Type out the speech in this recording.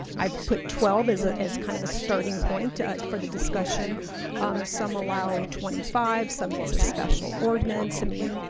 i've put twelve as ah as kind of a starting point ah for the discussion some allow twenty five some it's a special ordinance. i mean,